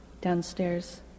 downstairs